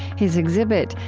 his exhibit,